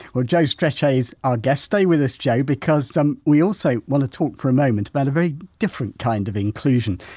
well joe strechay's our guest, stay with us joe, because we also want to talk, for a moment, about a very different kind of inclusion.